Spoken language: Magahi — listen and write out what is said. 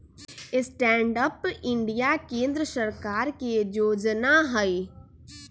स्टैंड अप इंडिया केंद्र सरकार के जोजना हइ